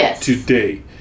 today